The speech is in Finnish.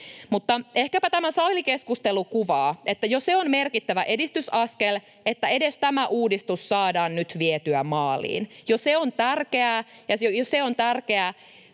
ehkäpä tämä salikeskustelu kuvaa sitä, että on jo merkittävä edistysaskel, että edes tämä uudistus saadaan nyt vietyä maaliin. Jo se on tärkeää,